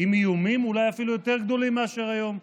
עם איומים אולי אפילו יותר גדולים מאשר היום.